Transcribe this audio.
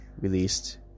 released